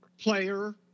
player